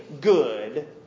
good